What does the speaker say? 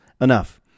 enough